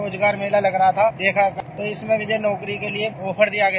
रोजगार मेला लग रहा था देखा इसमें मुझे नौकरी के लिये ऑफर दिया गया